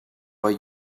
why